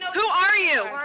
who are you?